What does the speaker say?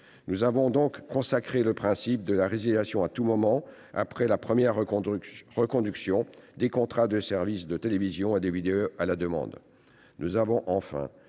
Nous avons donc consacré le principe de la résiliation à tout moment, après la première reconduction, des contrats de services de télévision et de vidéo à la demande.